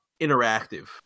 interactive